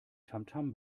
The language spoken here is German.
tamtam